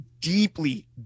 deeply